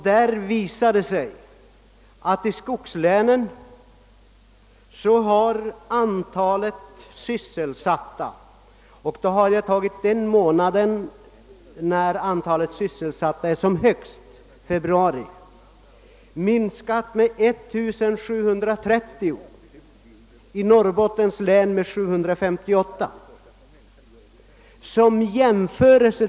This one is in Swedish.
Det visade sig där att under februari — den månad när antalet sysselsatta är som högst — antalet sysselsatta hos kronan i skogslänen minskade med 1730 och i Norrbotten med 758.